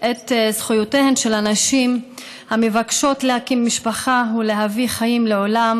את זכויותיהן של הנשים המבקשות להקים משפחה ולהביא חיים לעולם,